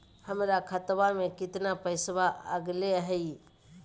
हमर खतवा में कितना पैसवा अगले हई?